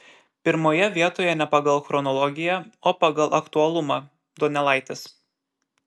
pirmoje vietoje ne pagal chronologiją o pagal aktualumą donelaitis